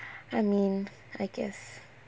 I mean I guess